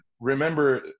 remember